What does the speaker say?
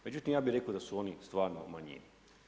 Međutim, ja bih rekao da su oni stvarno u manjini.